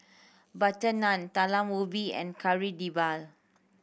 butter naan Talam Ubi and Kari Debal